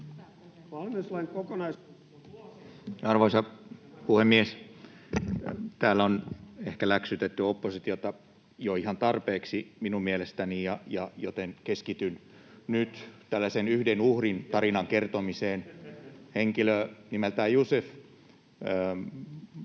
rajoistaan. Edustaja al-Taee. Arvoisa puhemies! Täällä on ehkä läksytetty oppositiota jo ihan tarpeeksi minun mielestäni, joten keskityn nyt tällaisen yhden uhrin tarinan kertomiseen. Henkilö nimeltään Youssef